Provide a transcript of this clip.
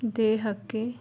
ದೇಹಕ್ಕೆ